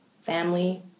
family